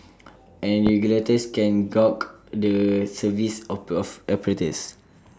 and regulators can gauge the service of operators